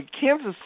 Kansas